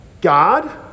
God